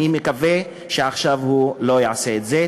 אני מקווה שעכשיו הוא לא יעשה את זה.